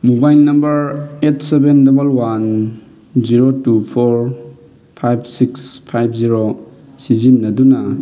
mobile number eight seven double one zero two four five six five zero ꯁꯤꯖꯤꯟꯅꯗꯨꯅ